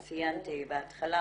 אני ציינתי בהתחלה,